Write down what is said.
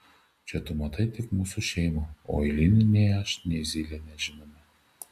čia tu matai tik mūsų šeimą o eilinių nei aš nei zylė nežinome